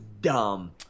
dumb